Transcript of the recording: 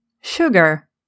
Sugar